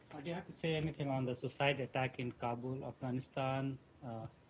do you have to say anything on the suicide attack in kabul, and afghanistan?